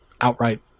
outright